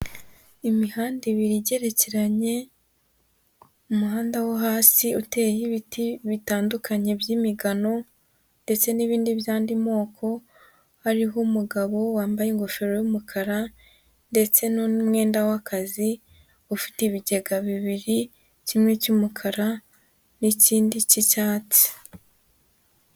Imihanda ibiri igerekeranye, umuhanda wo hasi uteyeho ibiti bitandukanye by'imigano ndetse n'ibindi by'andi moko, hariho umugabo wambaye ingofero y'umukara ndetse n'umwenda w'akazi, ufite ibigega bibiri kimwe cy'umukaran'ikindi cy'icyatsi.